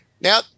Now